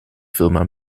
firma